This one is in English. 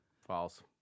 false